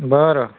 बरं